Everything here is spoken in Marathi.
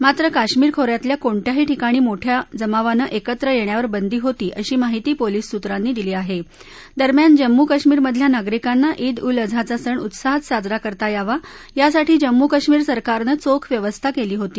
मात्र काश्मिर खोऱ्यातल्या कोणत्याही ठिकाणी मोठ्या जमावानं एकत्र यांख्वावर बंदी होती अशी माहिती पोलीसांच्या सूत्रांनी दिली आहाि दरम्यान जम्मू कश्मीर मधल्या नागरिकांना ईद उल अझाचा सण उत्साहात साजरा करता यावा यासाठी जम्मू कश्मीर सरकारनं चोख व्यवस्था कळी होती